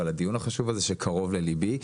ועל הדיון החשוב הזה שהוא קרוב לליבי.